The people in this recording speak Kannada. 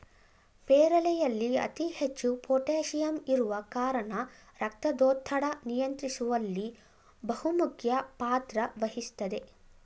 ಪೇರಳೆಯಲ್ಲಿ ಅತಿ ಹೆಚ್ಚು ಪೋಟಾಸಿಯಂ ಇರುವ ಕಾರಣ ರಕ್ತದೊತ್ತಡ ನಿಯಂತ್ರಿಸುವಲ್ಲಿ ಬಹುಮುಖ್ಯ ಪಾತ್ರ ವಹಿಸ್ತದೆ